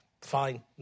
fine